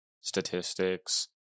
statistics